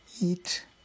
eat